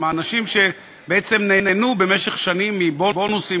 האנשים שבעצם נהנו במשך שנים מבונוסים